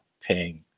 paying